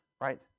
right